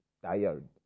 tired